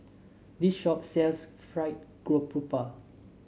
this shop sells Fried Garoupa